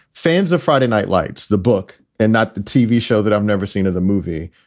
fans of friday night lights, the book and not the tv show that i've never seen of the movie,